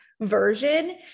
version